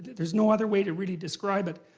there's no other way to really describe it.